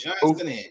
Johnson